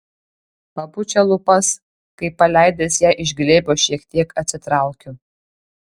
papučia lūpas kai paleidęs ją iš glėbio šiek tiek atsitraukiu